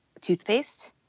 toothpaste